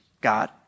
God